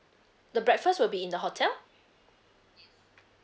the breakfast will be in the hotel